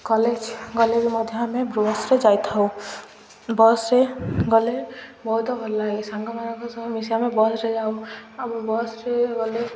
college ଗଲେ ବି ମଧ୍ୟ ଆମେ ବସ୍ରେ ଯାଇଥାଉ ବସ୍ରେ ଗଲେ ବହୁତ ଭଲ ଲାଗେ ସାଙ୍ଗମାନଙ୍କ ସହ ସବୁ ମିଶି ଆମେ ବସ୍ରେ ଯାଉ ଆଉ ବସ୍ରେ ଗଲେ